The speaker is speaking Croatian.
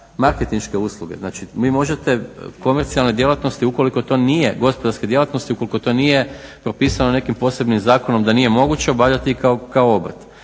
marketinške usluge. Znači vi možete komercijalne djelatnosti ukoliko to nije gospodarska djelatnost i ukoliko to nije propisano nekim posebnim zakonom da nije moguće obavljati kao obrt.